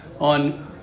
on